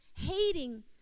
hating